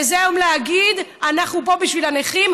וזה היום להגיד: אנחנו פה בשביל הנכים,